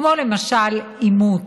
כמו למשל אימוץ.